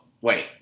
wait